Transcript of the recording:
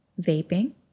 vaping